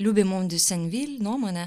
liubimon diu sen vil nuomone